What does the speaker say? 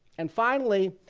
and finally,